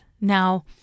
Now